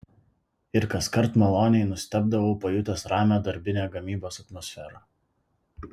ir kaskart maloniai nustebdavau pajutęs ramią darbinę gamybos atmosferą